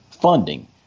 funding